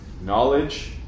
Knowledge